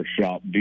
shop